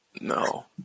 No